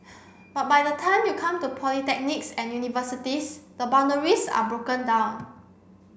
but by the time you come to polytechnics and universities the boundaries are broken down